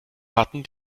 hatten